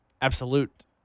Absolute